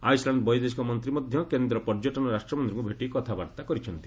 Iceland ବୈଦେଶିକ ମନ୍ତ୍ରୀ ମଧ୍ୟ କେନ୍ଦ୍ର ପର୍ଯ୍ୟଟନ ରାଷ୍ଟ୍ରମନ୍ତ୍ରୀଙ୍କୁ ଭେଟି କଥାବାର୍ତ୍ତା କରିଚ୍ଛନ୍ତି